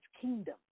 kingdom